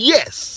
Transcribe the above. Yes